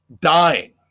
dying